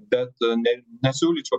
bet ne nesiūlyčiau